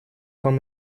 вам